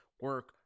Work